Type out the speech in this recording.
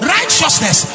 Righteousness